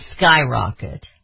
skyrocket